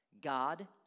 God